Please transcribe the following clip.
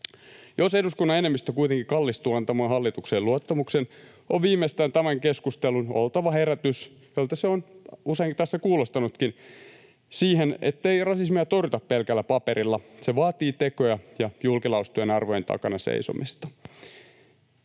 Jos eduskunnan enemmistö kuitenkin kallistuu antamaan hallitukselle luottamuksen, on viimeistään tämän keskustelun oltava herätys — tältä se on usein tässä kuulostanutkin — siihen, ettei rasismia torjuta pelkällä paperilla, se vaatii tekoja ja julkilausuttujen arvojen takana seisomista.